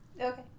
Okay